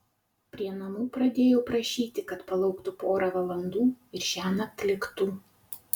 prie namų pradėjau prašyti kad palauktų porą valandų ir šiąnakt liktų